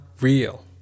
real